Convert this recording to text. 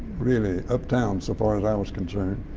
really uptown so far as i was concerned,